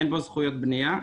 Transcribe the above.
אין בו זכויות בניה,